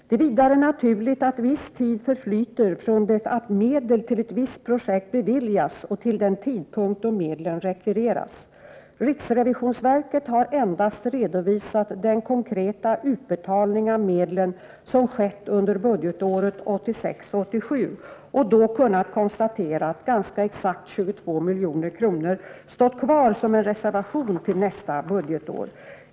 Det är vidare naturligt att viss tid förflyter från det att medel till ett visst projekt beviljas och till den tidpunkt då medlen rekvireras. Riksrevisionsverket har endast redovisat den konkreta utbetalning av medlen som skett under budgetåret 1986/87 och då kunnat konstatera att ganska exakt 22 milj.kr. stått kvar som en reservation till nästa budgetår.